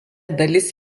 dalis